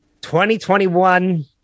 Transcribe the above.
2021